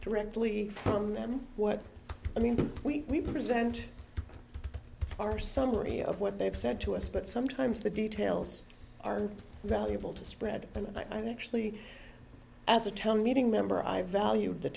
directly from them what i mean we present our summary of what they've said to us but sometimes the details are valuable to spread and i think actually as a tell meeting member i value the